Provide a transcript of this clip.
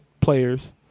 players